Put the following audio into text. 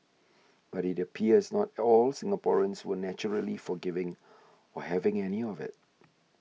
but it appears not all Singaporeans were naturally forgiving or having any of it